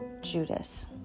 Judas